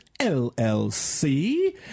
LLC